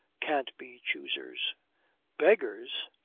can't be choosers beggars?